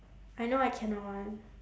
I know I cannot [one]